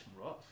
rough